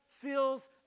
feels